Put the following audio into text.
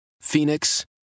Phoenix